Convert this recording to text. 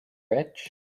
rich